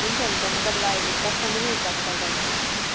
हुन्छ हुन्छ म तपाईँलाई अहिले दस पन्ध्र मिनट बाद कल गरेर भन्छु नि